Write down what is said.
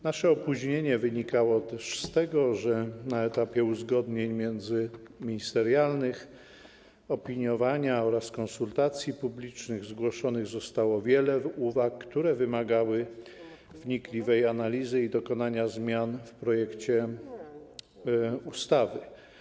Nasze opóźnienie wynikało też z tego, że na etapie uzgodnień międzyministerialnych, opiniowania oraz konsultacji publicznych zgłoszonych zostało wiele uwag, które wymagały wnikliwej analizy i dokonania zmian w projekcie ustawy.